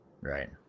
Right